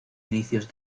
inicios